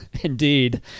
Indeed